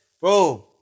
bro